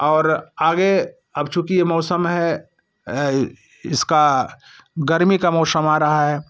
और आगे अब चूँकि ये मौसम है इसका गर्मी का मौसम आ रहा है